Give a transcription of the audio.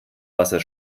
wasser